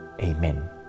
Amen